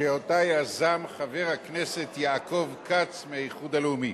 שאותה יזם חבר הכנסת יעקב כץ מהאיחוד הלאומי.